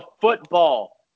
football